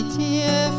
dear